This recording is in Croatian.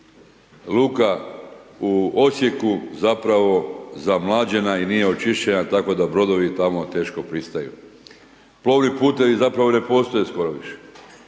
Luka u Osijeku zapravo zamlađena i nije očišćenja, tako da brodovi tamo teško pristaju. Plovni putevi zapravo ne postoje skoro više,